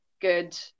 good